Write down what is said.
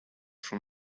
from